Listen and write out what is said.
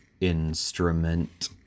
instrument